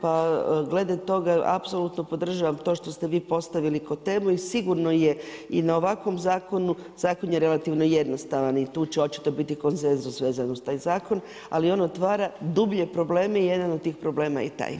Pa glede toga apsolutno podržavam to što ste vi postavili kao temu i sigurno je i na ovakvom zakonu, zakon je relativno jednostavan i tu će očito biti konsenzus vezano uz taj zakon ali on otvara dublje probleme i jedan od tih problema je i taj.